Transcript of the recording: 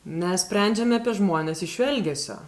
mes sprendžiame apie žmones iš jų elgesio